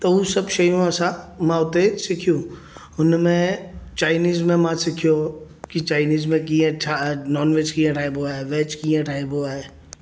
त उहे सभु शयूं असां मां हुते सिखियूं हुनमें चाइनीज़ में मां सिखियो की चाइनीज़ में कीअं छा नॉनवेज कीअं ठाहिबो आहे वेज कीअं ठाहिबो आहे